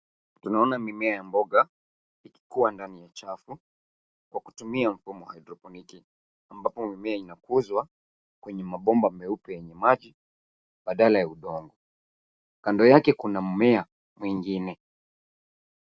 Ninaona mimea ya mboga ikikua ndani ya chafu kwa kutumia mfumo wa hydroponiki ambapo mimea inakuzwa kwenye mabomba meupe yenye maji badala ya udongo. Kando yake kuna mmea mwingine.